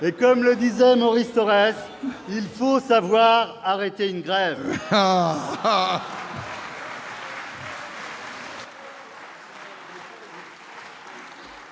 Comme le disait Maurice Thorez ,il faut savoir arrêter une grève